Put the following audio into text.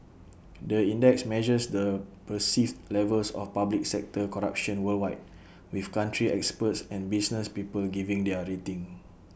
the index measures the perceived levels of public sector corruption worldwide with country experts and business people giving their rating